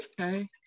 Okay